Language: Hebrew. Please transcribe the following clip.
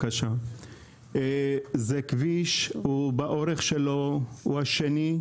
זה כביש שבאורכו הוא השני,